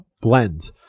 blend